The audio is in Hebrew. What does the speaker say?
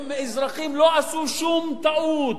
הם אזרחים, לא עשו שום טעות,